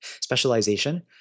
specialization